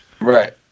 Right